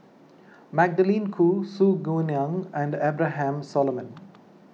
Magdalene Khoo Su Guaning and Abraham Solomon